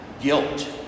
guilt